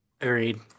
agreed